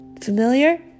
Familiar